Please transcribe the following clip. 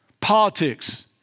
politics